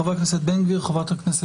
חבר הכנסת בן גביר, בבקשה.